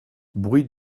bruit